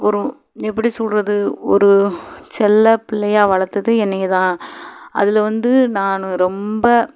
ஒரு எப்படி சொல்கிறது ஒரு செல்லப்பிள்ளையாக வளர்த்தது என்னை தான் அதில் வந்து நான் ரொம்ப